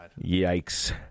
Yikes